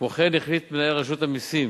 כמו כן החליט מנהל רשות המסים,